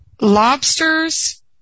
Lobsters